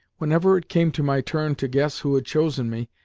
whenever it came to my turn to guess who had chosen me,